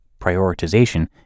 prioritization